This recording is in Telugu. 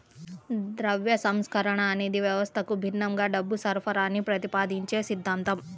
ద్రవ్య సంస్కరణ అనేది వ్యవస్థకు భిన్నంగా డబ్బు సరఫరాని ప్రతిపాదించే సిద్ధాంతం